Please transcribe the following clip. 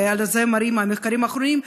ועל זה מראים המחקרים האחרונים,